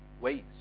ways